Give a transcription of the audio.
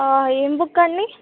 ఏం బుక్క అండి